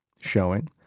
showing